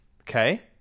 Okay